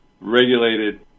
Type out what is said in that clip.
regulated